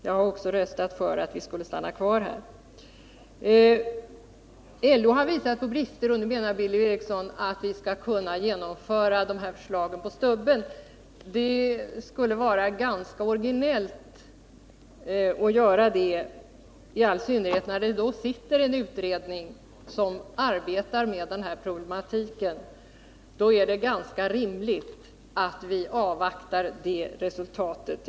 Jag har också röstat för att vi skall stanna kvar här. LO har påvisat brister i svenskundervisningslagen, och Billy Eriksson menar att vi omedelbart kan genomföra de här förslagen. Det skulle vara ganska originellt att göra detta, i all synnerhet som en utredning f. n. håller på att arbeta med problemen. Det är ganska rimligt att vi avvaktar utredningsresultatet.